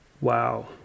Wow